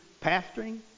pastoring